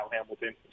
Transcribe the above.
Hamilton